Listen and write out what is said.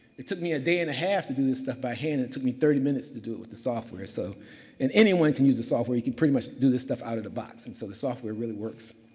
it took me a day and a half to do this stuff by hand. it took me thirty minutes to do it with the software, so and anyone can use the software. you can pretty much do this stuff out of the box. and so, the software really works.